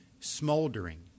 Smoldering